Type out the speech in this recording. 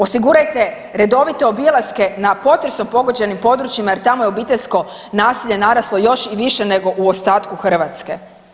Osigurajte redovite obilaske na potresom pogođenim područjima jer tamo je obiteljsko nasilje naraslo još i više nego u ostatku Hrvatske.